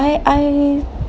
oh I I